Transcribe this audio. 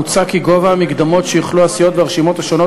מוצע כי גובה המקדמות שיוכלו הסיעות והרשימות השונות